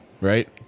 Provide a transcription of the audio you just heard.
right